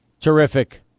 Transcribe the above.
Terrific